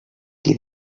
qui